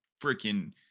freaking